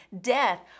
Death